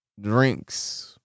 Drinks